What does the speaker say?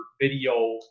video